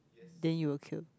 then you will queue